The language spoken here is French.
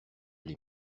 les